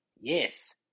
Yes